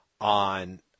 on